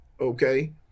Okay